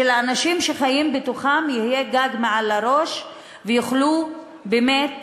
שלאנשים שחיים בתוכם יהיה גג מעל לראש ויוכלו לבנות